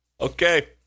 Okay